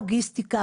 מה הלוגיסטיקה?